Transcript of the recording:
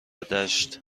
دشت